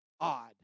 odd